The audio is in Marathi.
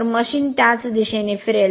तर मशीन त्याच दिशेने फिरेल